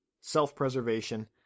self-preservation